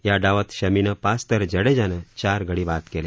या डावात शमीनं पाच तर जडेजानं चार गडी बाद केले